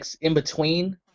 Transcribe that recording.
in-between